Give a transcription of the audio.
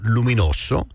Luminoso